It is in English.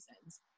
reasons